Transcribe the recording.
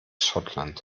schottland